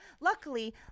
luckily